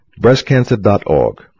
Breastcancer.org